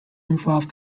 involve